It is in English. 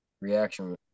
reaction